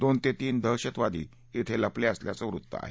दोन ते तीन दहशतवादी लपले असल्याचं वृत्त आहे